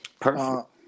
Perfect